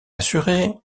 assurée